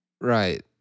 Right